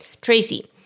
Tracy